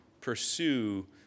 pursue